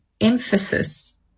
emphasis